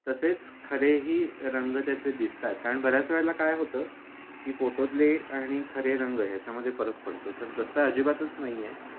तसेच खरेही रंग त्याचे दिसतात कारण बऱ्याच वेळेला काय होतं की फोटोतले आणि खरे रंग ह्याच्यामध्ये फरक पडतो तर तसं अजिबातच नाही आहे